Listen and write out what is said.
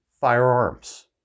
firearms